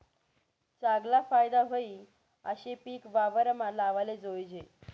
चागला फायदा व्हयी आशे पिक वावरमा लावाले जोयजे